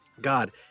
god